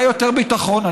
היה יותר ביטחון.